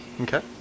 Okay